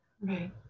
right